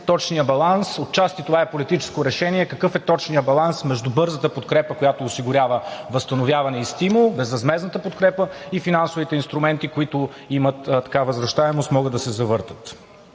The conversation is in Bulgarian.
точния баланс. Отчасти това е политическо решение какъв е точният баланс между бързата подкрепа, която осигурява възстановяване и стимул – безвъзмездната подкрепа и финансовите инструменти, които имат възвращаемост, могат да се завъртят.